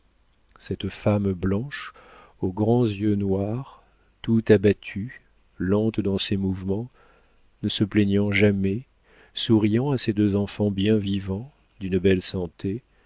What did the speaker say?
cette femme blanche aux grands yeux noirs tout abattue lente dans ses mouvements ne se plaignant jamais souriant à ses deux enfants bien vivants d'une belle santé